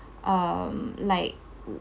um like